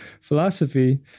philosophy